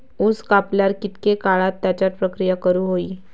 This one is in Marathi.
ऊस कापल्यार कितके काळात त्याच्यार प्रक्रिया करू होई?